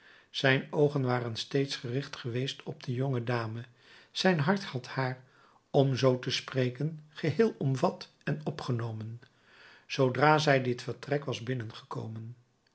zijn oogen waren steeds gericht geweest op de jonge dame zijn hart had haar om zoo te spreken geheel omvat en opgenomen zoodra zij dit vertrek was binnengekomen